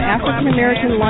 African-American